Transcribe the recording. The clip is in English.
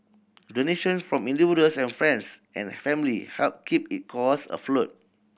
donation from individuals and friends and family helped keep his cause afloat